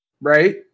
right